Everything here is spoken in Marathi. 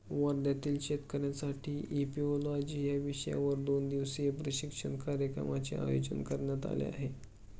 वर्ध्यातील शेतकऱ्यांसाठी इपिओलॉजी या विषयावर दोन दिवसीय प्रशिक्षण कार्यक्रमाचे आयोजन करण्यात आले आहे